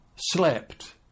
slept